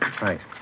Thanks